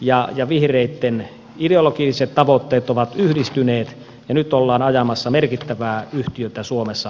ja vihreitten ideologiset tavoitteet ovat yhdistyneet ja nyt ollaan ajamassa merkittävää yhtiötä suomessa